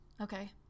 okay